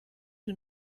who